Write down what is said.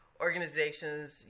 organizations